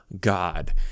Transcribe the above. God